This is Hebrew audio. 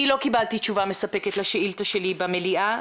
אני לא קיבלתי תשובה מספקת לשאילתה שלי במליאה.